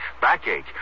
backache